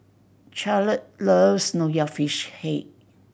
Charlotte loves Nonya Fish Head